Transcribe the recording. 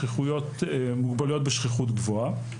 מוגבלויות בשכיחות גבוהה.